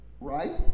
Right